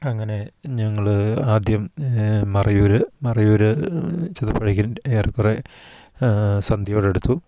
അങ്ങനെ ഞങ്ങൾ ആദ്യം മറയൂർ മറയൂർ ചെന്നപ്പോഴേക്കിനും ഏറെക്കുറേ സന്ധ്യയോടടുത്തു